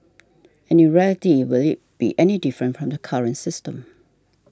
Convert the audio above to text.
and in reality will it be any different from the current system